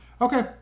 Okay